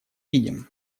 видим